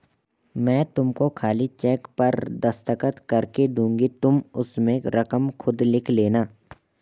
मैं तुमको खाली चेक पर दस्तखत करके दूँगी तुम उसमें रकम खुद लिख लेना